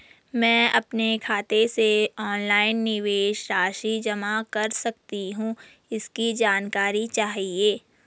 मैं अपने खाते से ऑनलाइन निवेश राशि जमा कर सकती हूँ इसकी जानकारी चाहिए?